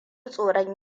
tsoron